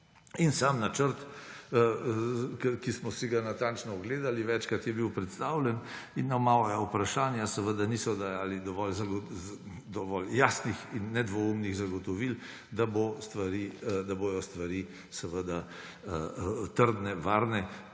in sam načrt, ki smo si ga natančno ogledali, večkrat je bil predstavljen, in na moja vprašanja seveda niso dajali dovolj jasnih in nedvoumnih zagotovil, da bodo stvari trdne, varne